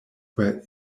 were